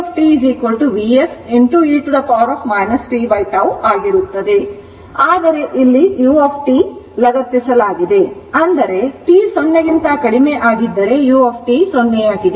ಆದ್ದರಿಂದ ಇದು vt Vs e t tτ ಆಗಿರುತ್ತದೆ ಆದರೆ ಇಲ್ಲಿ u ಲಗತ್ತಿಸಲಾಗಿದೆ ಅಂದರೆ t 0 ಕ್ಕಿಂತ ಕಡಿಮೆ ಆಗಿದ್ದರೆ u 0 ಆಗಿದೆ